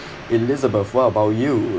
elizabeth what about you